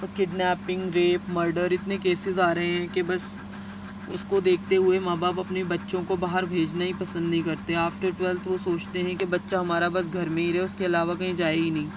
kidnapping rape murder اتنے cases آ رہے ہیں کہ بس اس کو دیکھتے ہوئے ماں باپ اپنے بچوں کو باہر بھیجنا ہی پسند نہیں کرتے آفٹر ٹویلتھ وہ سوچتے ہیں کہ بچا ہمارا بس گھر میں ہی رہے اس کے علاوہ کہیں جائے ہی نہیں